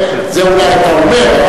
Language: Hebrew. זה אולי אתה אומר,